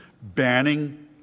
banning